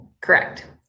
Correct